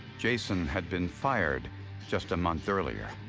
jason had been fired just a month earlier,